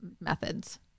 methods